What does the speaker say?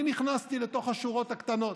אני נכנסתי לתוך השורות הקטנות.